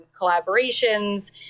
collaborations